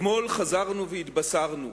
אתמול חזרנו והתבשרנו